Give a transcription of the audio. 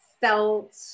felt